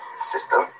system